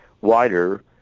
wider